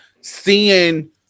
seeing